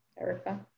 Erica